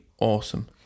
awesome